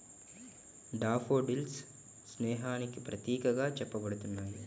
daffodils స్నేహానికి ప్రతీకగా చెప్పబడుతున్నాయి